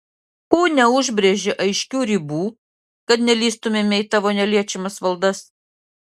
ko neužbrėži aiškių ribų kad nelįstumėme į tavo neliečiamas valdas